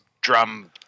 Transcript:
drum